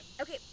Okay